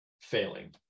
failing